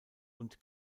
und